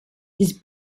this